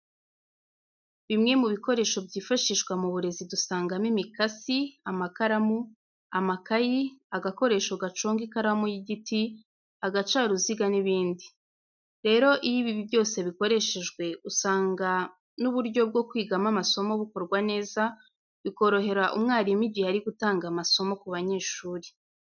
Bimwe mu bikoresho byifashishwa mu burezi dusangamo imikasi, amakaramu, amakayi, agakoresho gaconga ikaramu y'igiti, agacaruziga n'ibindi. Rero iyo ibi byose bikoreshejwe, usanga n'uburyo bwo kwigamo amasomo bukorwa neza bikorohera umwarimu igihe ari gutanga amasomo ku banyeshuri.